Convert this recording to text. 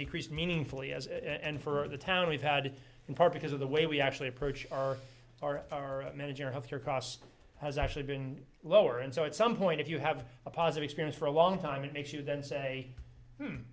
decreased meaningfully as and for the town we've had in part because of the way we actually approach our our our manager healthcare costs has actually been lower and so at some point if you have a positive experience for a long time and if you then say